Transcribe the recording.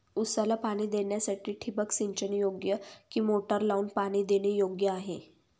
ऊसाला पाणी देण्यासाठी ठिबक सिंचन योग्य कि मोटर लावून पाणी देणे योग्य आहे?